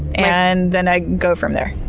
and then i go from there.